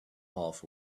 half